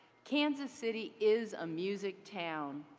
kansas city is a music town.